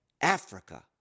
Africa